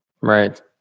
Right